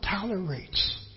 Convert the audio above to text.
tolerates